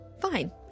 fine